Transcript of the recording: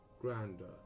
grander